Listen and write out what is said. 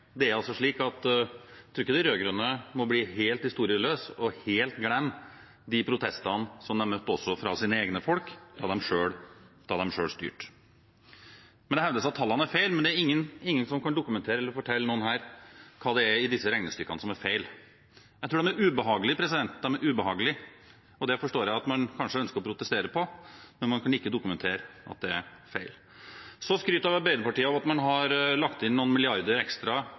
de rød-grønne må bli helt historieløse og helt glemme de protestene som de møtte også fra sine egne folk da de selv styrte. Det hevdes at tallene er feil, men det er ingen som kan dokumentere eller fortelle noen her hva det er i disse regnestykkene som er feil. Jeg tror de er ubehagelige, og det forstår jeg at man kanskje ønsker å protestere på, men man kan ikke dokumentere at dette er feil. Så skryter Arbeiderpartiet av at man har lagt inn noen milliarder ekstra